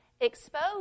expose